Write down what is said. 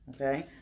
Okay